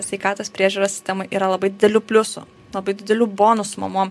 sveikatos priežiūros sistemoj yra labai didelių pliusų labai didelių bonusų mamom